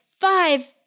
five